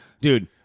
Dude